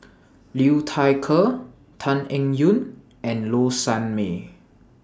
Liu Thai Ker Tan Eng Yoon and Low Sanmay